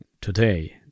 today